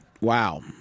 Wow